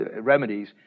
remedies